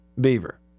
Beaver